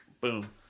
boom